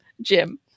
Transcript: Jim